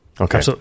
Okay